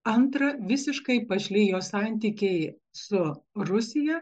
antra visiškai pašlijo santykiai su rusija